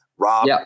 Rob